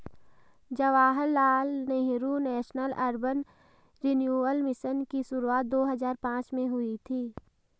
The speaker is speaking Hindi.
Jawaharlal Nehru national urban renewal mission की शुरुआत दो हज़ार पांच में हुई थी